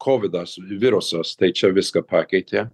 kovidas virusas tai čia viską pakeitė